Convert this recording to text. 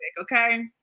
okay